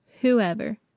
whoever